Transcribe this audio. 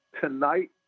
tonight